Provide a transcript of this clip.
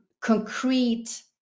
Concrete